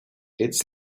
its